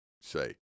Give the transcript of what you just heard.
say